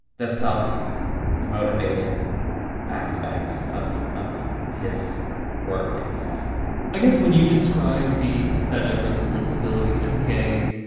the self motivated aspects of of his work and stuff i guess when you describe the aesthetic or the sensibility as gay.